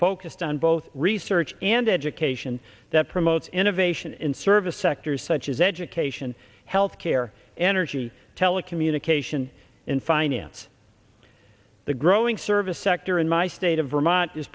focused on both research and education that promotes innovation in service sectors such as education health care energy telecommunications in finance the growing service sector in my state of vermont is